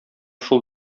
шул